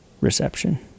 reception